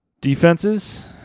Defenses